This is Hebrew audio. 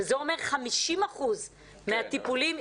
שזה אומר 50% מהטיפולים,